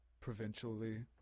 provincially